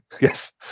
Yes